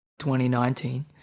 2019